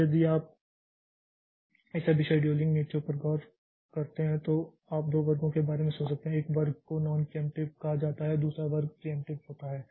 इसलिए यदि आप इस सभी शेड्यूलिंग नीतियों पर गौर करते हैं तो आप दो वर्गों के बारे में सोच सकते हैं एक वर्ग को नॉन प्रियेंप्टिव कहा जाता है और दूसरा वर्ग प्रियेंप्टिव होता है